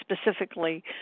specifically